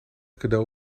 cadeau